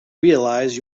realize